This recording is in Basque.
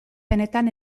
benetan